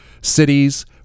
cities